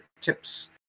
tips